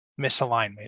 misalignment